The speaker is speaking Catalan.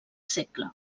segle